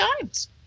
times